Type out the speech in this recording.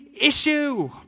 issue